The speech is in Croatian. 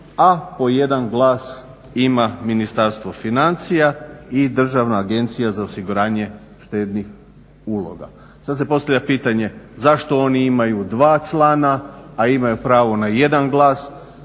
a po jedan glas ima Ministarstvo financija i Državna agencija za osiguranja štednih uloga. Sad se postavlja pitanje zašto oni imaju 2 člana a imaju pravo na 1 glas,